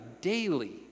daily